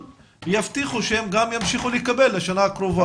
יבטיחו שהם גם ימשיכו לקבל לשנה הקרובה.